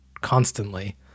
constantly